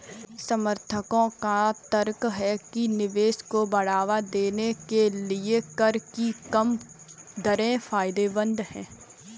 समर्थकों का तर्क है कि निवेश को बढ़ावा देने के लिए कर की कम दरें फायदेमंद हैं